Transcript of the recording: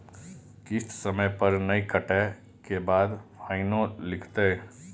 किस्त समय पर नय कटै के बाद फाइनो लिखते?